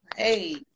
Hey